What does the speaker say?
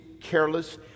careless